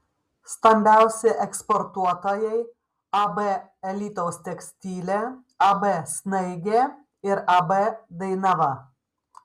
stambiausi eksportuotojai ab alytaus tekstilė ab snaigė ir ab dainava